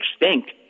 extinct